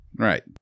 Right